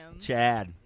Chad